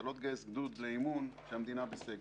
אתה לא תגייס גדוד לאימון כשהמדינה בסגר.